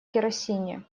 керосине